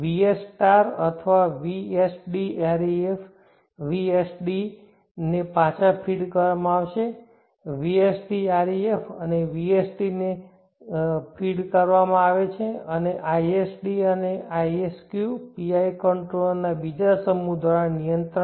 vs અથવા vsdref vsd ને પાછા ફીડ કરવામાં આવે છે vsdref અને vsq ને ફીડ કરવામાં આવે છે અને isd અને isq PI કંટ્રોલરના બીજા સમૂહ દ્વારા કરંટ નિયંત્રણ